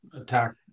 attack